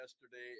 yesterday